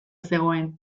zegoen